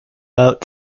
out